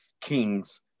kings